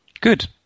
Good